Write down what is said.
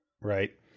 right